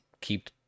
keep